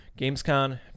GamesCon